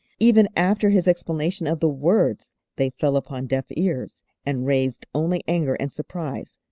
even after his explanation of the words they fell upon deaf ears and raised only anger and surprise.